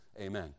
amen